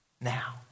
now